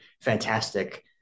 fantastic